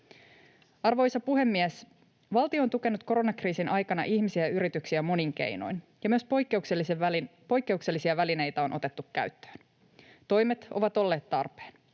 Arvoisa puhemies! Valtio on tukenut koronakriisin aikana ihmisiä ja yrityksiä monin keinoin, ja myös poikkeuksellisia välineitä on otettu käyttöön. Toimet ovat olleet tarpeen.